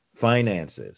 Finances